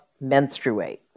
menstruate